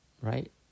right